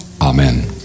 Amen